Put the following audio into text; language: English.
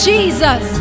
Jesus